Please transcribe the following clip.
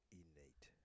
innate